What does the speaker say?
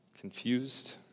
confused